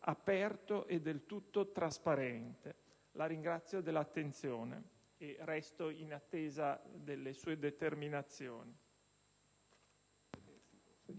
aperto e del tutto trasparente. La ringrazio dell'attenzione e resto in atteso delle sue determinazioni.